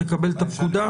לקבל את הפקודה.